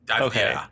Okay